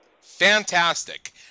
Fantastic